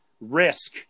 risk